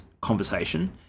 conversation